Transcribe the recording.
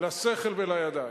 לשכל ולידיים.